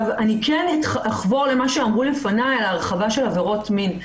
כן אחבור אל מה שאמרו לפניי על ההרחבה של עבירות מין.